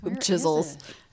Chisels